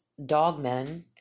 dogmen